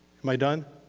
am i done?